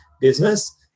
business